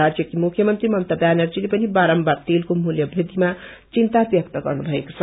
राज्यकी मुख्यमन्त्री ममता व्यानर्जीले पनि बारम्बर तेलको मूल्य बृद्विमा चिन्ता व्यक्त गर्नुभएको छ